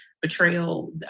betrayal